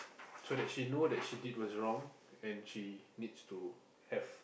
so that she know that she did was wrong and she needs to have